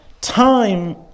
time